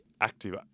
active